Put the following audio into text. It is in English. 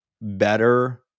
better